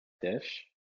dish